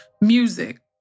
Music